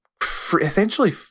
essentially